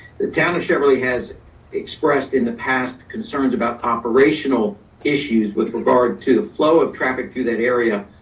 the town of cheverly has expressed in the past concerns about operational issues with regard to the flow of traffic through that area,